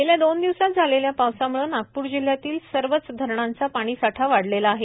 गेल्या दोन दिवसात झालेल्या पावसाम्ळे नागपूर जिल्हयातील सर्वच धरणांचा पाणीसाठा वाढलेला आहे